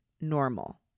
normal